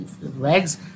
legs